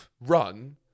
run